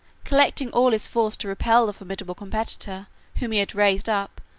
collecting all his force to repel the formidable competitor whom he had raised up,